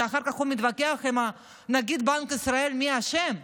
ואחר כך הוא מתווכח עם נגיד בנק ישראל מי אשם.